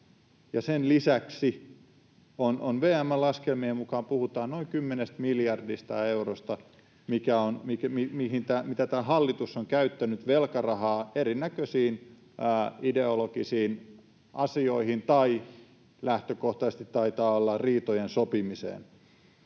sen lisäksi VM:n laskelmien mukaan puhutaan noin 10 miljardista eurosta velkarahaa, mitä tämä hallitus on käyttänyt erinäköisiin ideologisiin asioihin — tai lähtökohtaisesti taitaa olla riitojen sopimiseen